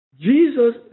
Jesus